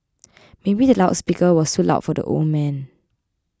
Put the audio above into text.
maybe the loud speaker was too loud for the old man